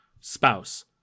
spouse